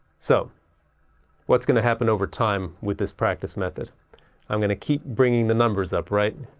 so what's going to happen over time with this practice method i'm going to keep bringing the numbers up, right,